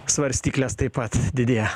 svarstyklės taip pat didėja